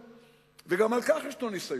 וגם בכך יש לנו ניסיון.